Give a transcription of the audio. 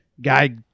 guy